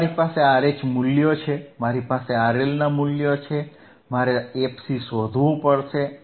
હવે મારી પાસે RH મૂલ્યો છે મારી પાસે RL મૂલ્યો છે મારે fC શોધવું પડશે